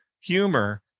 Humor